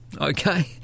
okay